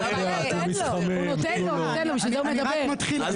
אני רק מתחיל.